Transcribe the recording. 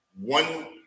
one